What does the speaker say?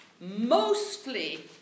mostly